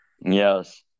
Yes